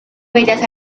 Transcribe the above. bellas